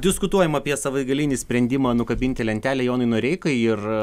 diskutuojam apie savaitgalinį sprendimą nukabinti lentelę jonui noreikai ir